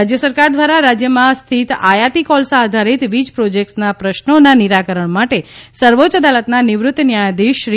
રાજ્ય સરકાર દ્વારા રાજયમાં સ્થિત આયાતી કોલસા આધારિત વીજ પ્રોજેકટ્સના પ્રશ્નોના નિરાકરણ માટે સર્વોચ્ય અદાલતના નિવૃત્ત ન્યાયાધીશ શ્રી